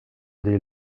des